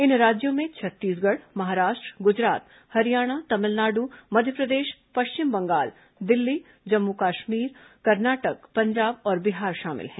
इन राज्यों में छत्तीसगढ़ महाराष्ट्र गुजरात हरियाणा तमिलनाडु मध्यप्रदेश पश्चिम बंगाल दिल्ली जम्म्र कश्मीर कर्नाटक पंजाब और बिहार शामिल हैं